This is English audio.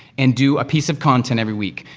and do a piece of content every week.